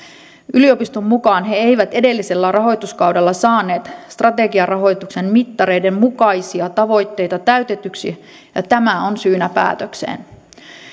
yliopiston mukaan he eivät edellisellä rahoituskaudella saaneet strategiarahoituksen mittareiden mukaisia tavoitteita täytetyiksi ja tämä on syynä päätökseen